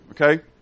okay